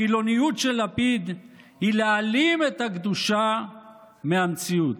החילוניות של לפיד היא להעלים את הקדושה מהמציאות,